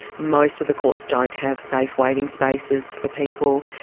most of the courts don't have safe waiting spaces for people.